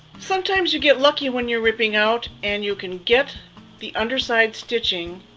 sometimes you get lucky when you're ripping out and you can get the underside stitching